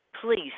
please